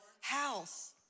house